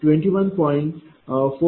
41723